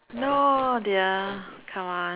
no dear come on